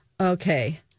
Okay